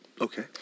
Okay